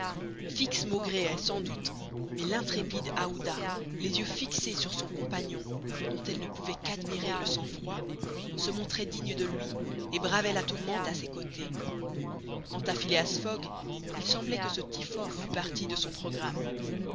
fix maugréait sans doute mais l'intrépide aouda les yeux fixés sur son compagnon dont elle ne pouvait qu'admirer le sang-froid se montrait digne de lui et bravait la tourmente à ses côtés quant à phileas fogg il semblait que ce typhon fût partie de son programme